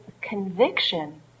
conviction